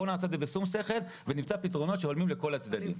בואו נעשה את זה בשום שכל ונמצא פתרונות שעונים לכל הצדדים.